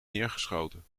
neergeschoten